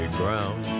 ground